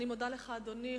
אני מודה לך, אדוני.